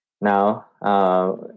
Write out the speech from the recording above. now